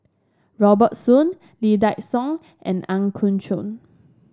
Robert Soon Lee Dai Soh and Ang Yau Choon